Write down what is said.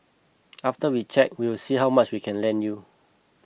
after we check we will see how much we can lend you